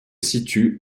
situe